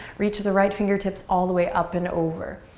reach the right fingertips all the way up and over.